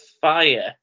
fire